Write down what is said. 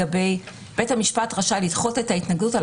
בית המשפט רשאי לדחות את ההתנגדות על